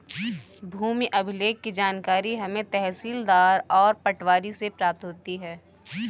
भूमि अभिलेख की जानकारी हमें तहसीलदार और पटवारी से प्राप्त होती है